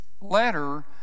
letter